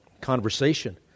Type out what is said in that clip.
conversation